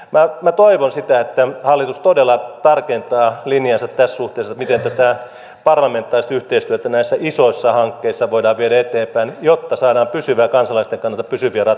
minä toivon sitä että hallitus todella tarkentaa linjaansa tässä suhteessa miten tätä parlamentaarista yhteistyötä näissä isoissa hankkeissa voidaan viedä eteenpäin jotta saadaan pysyviä kansalaisten kannalta pysyviä ratkaisuja syntymään